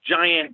giant